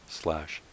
slash